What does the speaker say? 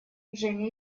женя